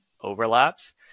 overlaps